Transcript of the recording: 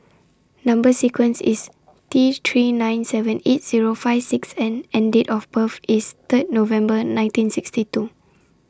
Number sequence IS T three nine seven eight Zero five six N and Date of birth IS Third November nineteen sixty two